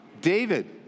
David